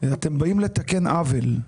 אתם באים לתקן עוול.